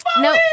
No